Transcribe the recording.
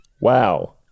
Wow